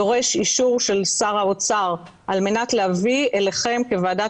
דורש אישור של שר האוצר על מנת להביא אליכם כוועדת